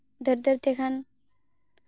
ᱫᱷᱮᱹᱨ ᱫᱷᱮᱹᱨ ᱛᱮ ᱠᱷᱟᱱ